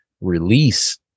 release